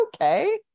okay